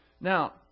Now